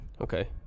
okay